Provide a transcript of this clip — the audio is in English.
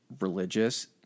religious